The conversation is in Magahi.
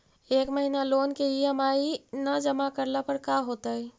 एक महिना लोन के ई.एम.आई न जमा करला पर का होतइ?